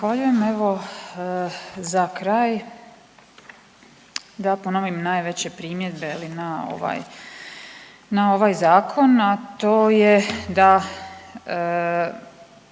Zahvaljujem. Evo za kraj da ponovim najveće primjedbe je li na ovaj, na ovaj zakon, a to je da,